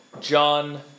John